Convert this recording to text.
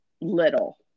little